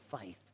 faith